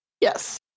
Yes